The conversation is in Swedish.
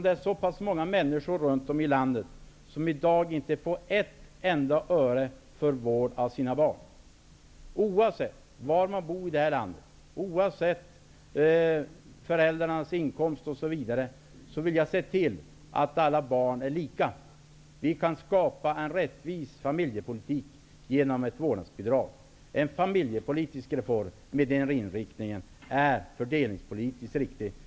Det är ju så många människor runt om i vårt land som i dag inte får ett enda öre för vård av sina barn. Oavsett var i landet man bor, oavsett föräldrarnas inkomster osv. vill jag se till att alla barn behandlas lika. Vi kan skapa en rättvis familjepolitik genom ett vårdnadsbidrag. En familjepolitisk reform med den inriktningen är fördelningspolitiskt riktig.